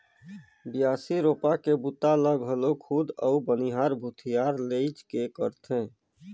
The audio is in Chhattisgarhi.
बियासी, रोपा के बूता ल घलो खुद अउ बनिहार भूथिहार लेइज के करथे